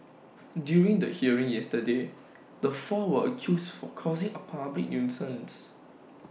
during the hearing yesterday the four were accused for causing A public nuisance